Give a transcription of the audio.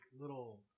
little